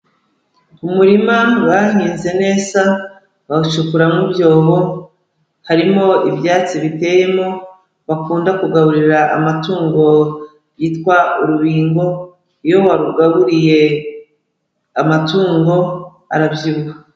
Umurima bahinze neza bawucukuramo ibyobo, harimo ibyatsi biteyemo bakunda kugaburira amatungo byitwa urubingo, iyo warugaburiye amatungo arabyibuha.